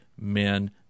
men